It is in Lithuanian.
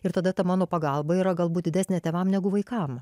ir tada mano pagalba yra galbūt didesnė tėvam negu vaikam